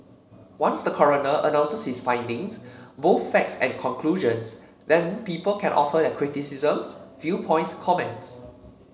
once the coroner announces his findings both facts and conclusions then people can offer their criticisms viewpoints comments